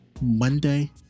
Monday